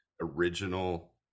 original